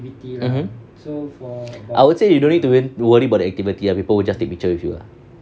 mmhmm I would say you don't need to worry about the activity ah people will just take picture with you lah